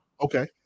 Okay